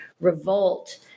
revolt